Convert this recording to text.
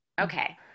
Okay